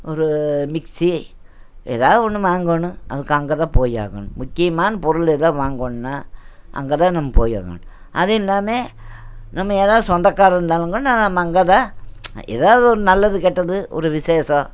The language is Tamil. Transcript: ஒரு மிக்ஸி ஏதாவது ஒன்று வாங்கணும் அதுக்கு அங்கே தான் போயாகணும் முக்கியமான பொருள் ஏதாவது வாங்கணுன்னா அங்கேதான் நம்ம போயாகணும் அதுவும் இல்லாமல் நம்ம யாராவது சொந்தக்காரங்கள் இருந்தாங்கனாலும் நம்ம அங்கே தான் ஏதாவது ஒரு நல்லது கெட்டது ஒரு விசேஷம்